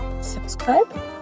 subscribe